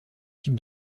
types